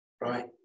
Right